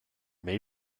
may